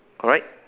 correct